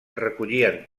recollien